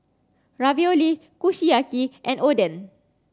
Ravioli Kushiyaki and Oden